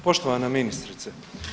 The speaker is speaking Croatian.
Poštovana ministrice.